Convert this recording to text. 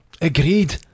Agreed